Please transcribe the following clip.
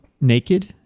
naked